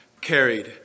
carried